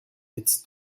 its